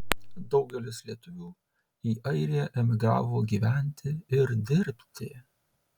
daugelis lietuvių į airiją emigravo gyventi ir dirbti